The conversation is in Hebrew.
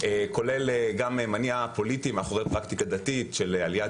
כולל מניע פוליטי מאחורי פרקטיקה דתית של עליית